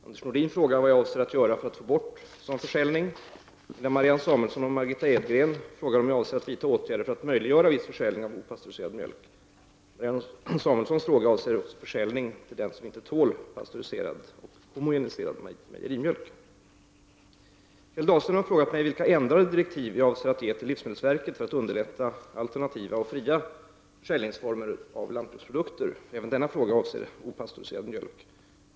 An ders Nordin frågar vad jag avser att göra för att få bort sådan försäljning, medan Marianne Samuelsson och Margitta Edgren frågar om jag avser att vidta åtgärder för att möjliggöra viss försäljning av opastöriserad mjölk. Marianne Samuelssons fråga avser försäljning till dem som inte tål pastöriserad och homogeniserad mejerimjölk. Kjell Dahlström har frågat mig vilka ändrade direktiv jag avser att ge till livsmedelsverket för att underlätta alternativa och fria försäljningsformer av lantbruksprodukter. Även denna fråga avser opastöriserad mjölk.